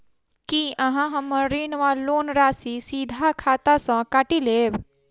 की अहाँ हम्मर ऋण वा लोन राशि सीधा खाता सँ काटि लेबऽ?